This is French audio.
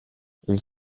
ils